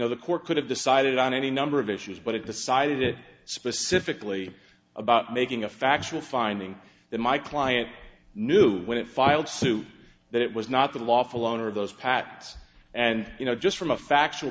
know the court could have decided on any number of issues but it decided specifically about making a factual finding that my client knew when it filed suit that it was not the lawful owner of those paths and you know just from a factual